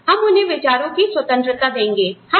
हम उन्हें विचारों की स्वतंत्रता देंगे